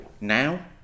now